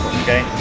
okay